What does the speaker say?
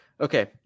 okay